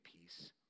peace